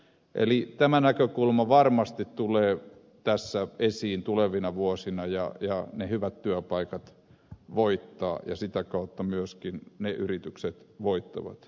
eli tämä näkökulma varmasti tulee esiin tulevina vuosina ja ne hyvät työpaikat voittavat ja sitä kautta myöskin ne yritykset voittavat